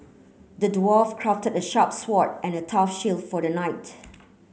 the dwarf crafted a sharp sword and a tough shield for the knight